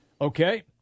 Okay